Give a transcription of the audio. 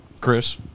Chris